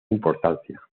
importancia